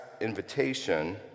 invitation